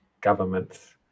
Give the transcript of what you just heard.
governments